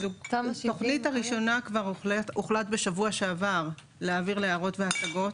התוכנית הראשונה כבר הוחלט בשבוע שעבר להעביר להערות והשגות,